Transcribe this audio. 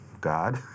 God